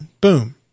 Boom